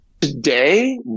Today